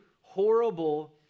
horrible